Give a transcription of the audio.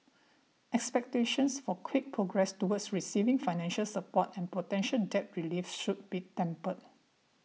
expectations for quick progress toward receiving financial support and potential debt relief should be tempered